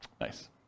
Nice